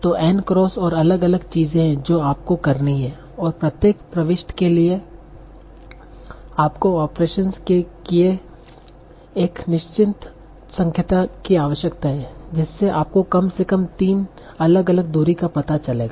तो N cross और अलग अलग चीजें हैं जो आपको करनी हैं और प्रत्येक प्रविष्टि के लिए आपको ऑपरेशन्स के किये एक निश्चित संख्या की आवश्यकता है जिससे आपको कम से कम तीन अलग अलग दूरी का पता चलेगा